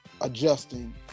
adjusting